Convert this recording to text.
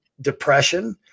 Depression